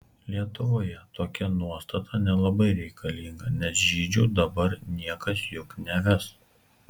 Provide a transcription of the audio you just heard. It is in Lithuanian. lietuvoje tokia nuostata nelabai reikalinga nes žydžių dabar niekas juk neves